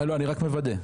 אני רק מוודא.